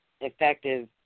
effective